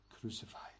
crucified